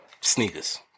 Sneakers